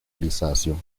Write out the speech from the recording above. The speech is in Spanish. grisáceo